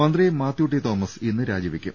മന്ത്രി മാത്യു ടി തോമസ് ഇന്ന് രാജിവയ്ക്കും